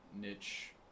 niche